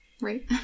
Right